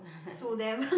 sue them